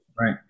Right